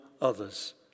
others